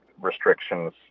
restrictions